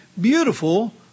beautiful